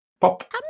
Pop